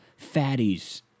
Fatties